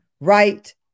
right